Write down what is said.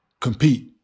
compete